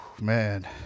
Man